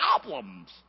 problems